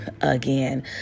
again